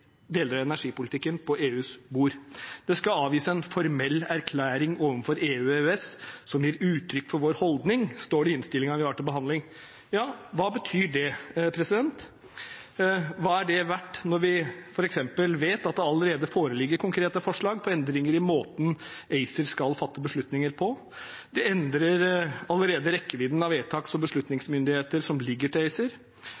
deler av energipolitikken på EUs bord. Det skal «avgis en formell erklæring overfor EU/EØS som gir uttrykk for vår holdning», står det i Innst. 78 S for 2017–2018, som vi behandler nå. Hva betyr det? Hva er det verdt når vi f.eks. vet at det allerede foreligger konkrete forslag om endringer av måten ACER skal fatte beslutninger på? Det endrer allerede rekkevidden av vedtaks- og